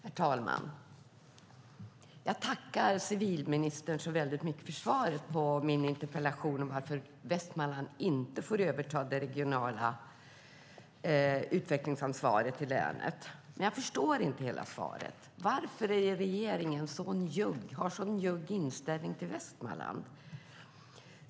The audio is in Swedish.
Herr talman! Jag tackar civilministern så väldigt mycket för svaret på min interpellation om varför Västmanland inte får överta det regionala utvecklingsansvaret i länet. Men jag förstår inte hela svaret. Varför har regeringen en så njugg inställning till Västmanland?